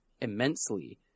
immensely